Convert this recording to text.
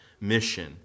mission